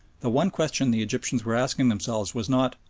the one question the egyptians were asking themselves was not,